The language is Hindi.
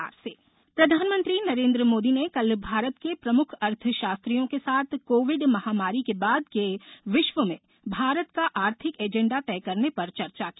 प्रधानमंत्री अर्थशास्त्री प्रधानमंत्री नरेंद्र मोदी ने कल भारत के प्रमुख अर्थशास्त्रियों के साथ कोविड महामारी के बाद के विश्व में भारत का आर्थिक एजेंडा तय करने पर चर्चा की